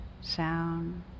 sound